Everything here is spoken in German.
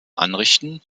anrichten